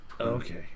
Okay